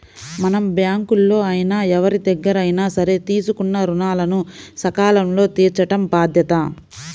మనం బ్యేంకుల్లో అయినా ఎవరిదగ్గరైనా సరే తీసుకున్న రుణాలను సకాలంలో తీర్చటం బాధ్యత